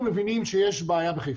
אנחנו מבינים שיש בעיה בחיפה.